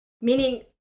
meaning